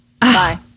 Bye